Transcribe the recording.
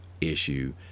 issue